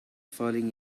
falling